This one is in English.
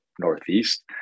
Northeast